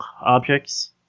objects